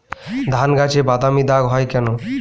ধানগাছে বাদামী দাগ হয় কেন?